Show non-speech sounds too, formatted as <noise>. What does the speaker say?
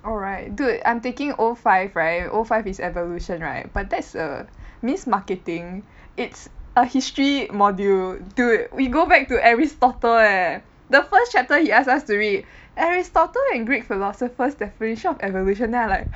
alright dude I'm taking o five right o five is evolution right but that's a mismarketing it's a history module dude we go back to Aristotle eh the first chapter he asked us to read Aristotle and greek philosophers definition of evolution then I like <noise>